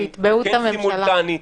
כן סימולטני,